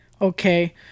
okay